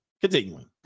continuing